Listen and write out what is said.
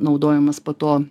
naudojamos po to